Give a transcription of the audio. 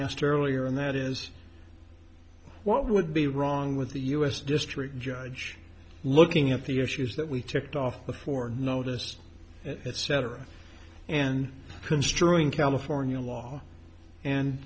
asked earlier and that is what would be wrong with the us district judge looking at the issues that we checked off before noticed etc and construing california law and